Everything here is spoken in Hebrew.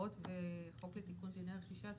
הקרקעות וחוק לתיקון דיני הרכישה.